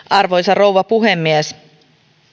arvoisa rouva puhemies